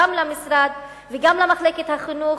גם למשרד וגם למחלקת החינוך.